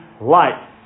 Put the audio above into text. light